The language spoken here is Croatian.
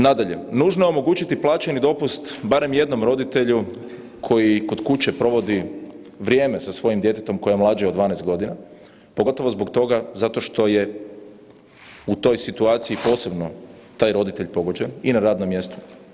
Nadalje, nužno je omogućiti plaćeni dopust barem jednom roditelju koji kod kuće provodi vrijeme sa svojim djetetom koje je mlađe od 12 godina, pogotovo zbog toga zato što je u toj situaciji posebno taj roditelj pogođen i na radnom mjestu.